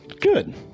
Good